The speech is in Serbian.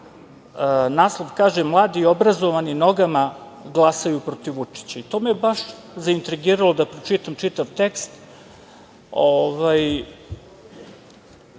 Naslov kaže – mladi obrazovani nogama glasaju protiv Vučića. To je mene baš zaintrigiralo da pročitam čitav tekst. Na